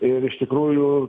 ir iš tikrųjų